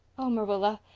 oh, marilla,